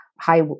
high